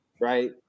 right